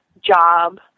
job